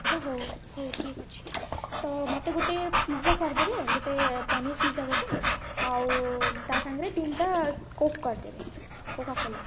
ଆଚ୍ଛା ହଉ ହଉ ଠିକ୍ ଅଛି ତ ମୋତେ ଗୋଟେ ପିଜା କରିଦେବେ ଗୋଟେ ପନିର୍ ପିଜା ଗୋଟେ ଆଉ ତା ସାଙ୍ଗରେ ତିନ୍ଇଟା କୋକ୍ କରିଦେବେ କୋକାକୋଲା